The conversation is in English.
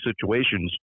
situations